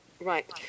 Right